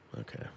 Okay